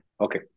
Okay